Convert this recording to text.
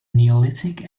neolithic